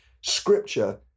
scripture